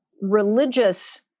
religious